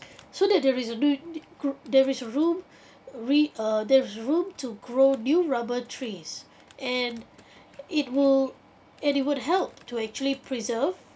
so that there is a new group there is a room re~ uh there is room to grow new rubber trees and it would and it would help to actually preserve